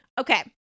Okay